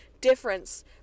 difference